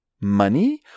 money